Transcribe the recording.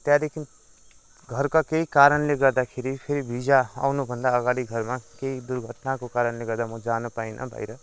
त्यहाँदेखि घरका केही कारणले गर्दाखेरि फेरि भिजा आउनुभन्दा अगाडि घरमा केही दुर्घटनाको कारणले गर्दा म जानु पाइँन बाहिर